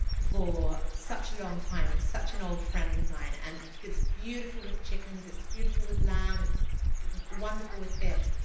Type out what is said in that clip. for such a long time. it's such an old friend of mine. and it's beautiful with chickens, it's beautiful with lamb, it's wonderful with fish.